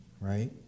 Right